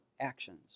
actions